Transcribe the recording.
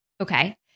Okay